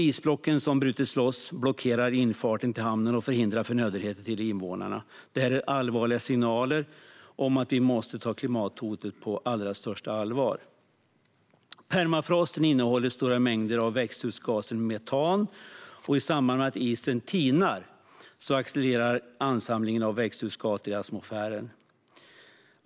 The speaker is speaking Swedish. Isblocken som bryts loss blockerar infarten till hamnen och förhindrar förnödenheter till invånarna. Detta är allvarliga signaler om att vi måste ta klimathotet på allra största allvar. Permafrosten innehåller stora mängder av växthusgasen metan, och i samband med att isen tinar accelererar ansamlingen av växthusgaser i atmosfären.